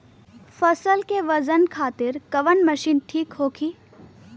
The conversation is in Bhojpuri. फसल के वजन खातिर कवन मशीन ठीक होखि?